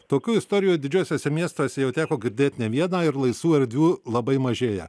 tokių istorijų didžiuosiuose miestuose jau teko girdėti ne vieną ir laisvų erdvių labai mažėja